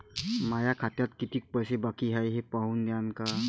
माया खात्यात कितीक पैसे बाकी हाय हे पाहून द्यान का?